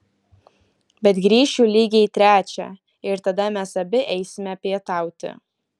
bet grįšiu lygiai trečią ir tada mes abi eisime pietauti